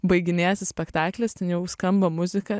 baiginėjasi spektaklis ten jau skamba muzika